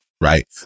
Right